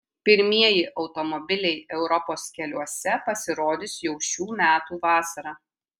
pirmieji automobiliai europos keliuose pasirodys jau šių metų vasarą